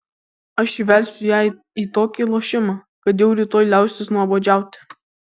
aš įvelsiu ją į tokį lošimą kad jau rytoj liausis nuobodžiauti